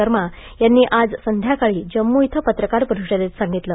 शर्मा यांनी आज संध्याकाळी जम्मू इथं पत्रकार परिषदेत सांगितलं